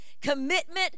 commitment